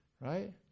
Right